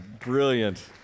brilliant